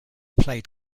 played